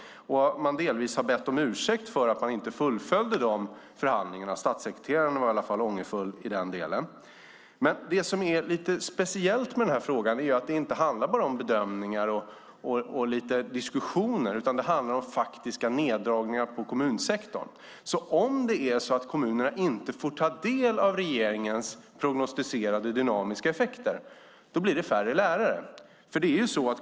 Man har delvis bett om ursäkt för att man inte fullföljde de förhandlingarna. Statssekreteraren var i alla fall ångerfull i den delen. Men det som är lite speciellt med denna fråga är att det inte bara handlar om bedömningar och lite diskussioner, utan också om faktiska neddragningar på kommunsektorn. Om det är så att kommunerna inte får ta del av regeringens prognostiserade dynamiska effekter blir det färre lärare.